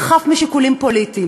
החף משיקולים פוליטיים.